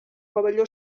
pavelló